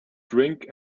drink